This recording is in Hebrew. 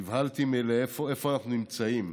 נבהלתי איפה אנחנו נמצאים